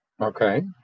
Okay